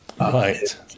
right